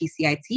PCIT